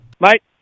Mate